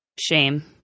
Shame